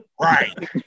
Right